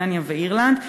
בבריטניה ובאירלנד.